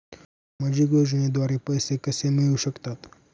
सामाजिक योजनेद्वारे पैसे कसे मिळू शकतात?